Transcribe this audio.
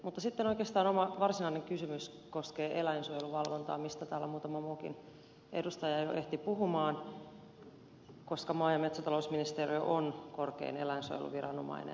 mutta sitten oikeastaan varsinainen kysymys koskee eläinsuojeluvalvontaa mistä täällä muutama muukin edustaja jo ehti puhua koska maa ja metsätalousministeriö on korkein eläinsuojeluviranomainen